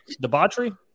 Debauchery